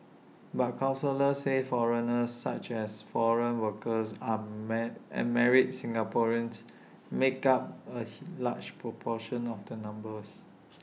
but counsellors say foreigners such as foreign workers and married Singaporeans make up A large proportion of the numbers